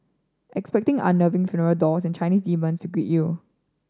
expecting unnerving funeral dolls and Chinese demons to greet you